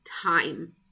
time